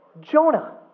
Jonah